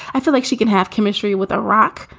i feel like she can have chemistry with a rock.